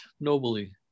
nobly